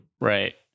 Right